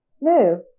No